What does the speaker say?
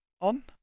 on